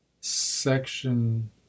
Section